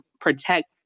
protect